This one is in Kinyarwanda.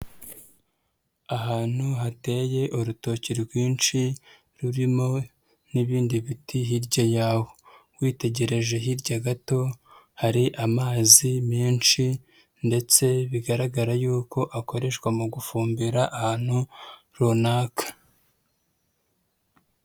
Ahantu hateye urutoki rwinshi rurimo n'ibindi biti hirya y'aho, witegereje hirya gato hari amazi menshi ndetse bigaragara yuko akoreshwa mu gufumbira ahantu runaka.